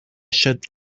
should